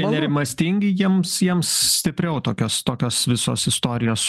nerimastingi jiems jiems stipriau tokios tokios visos istorijos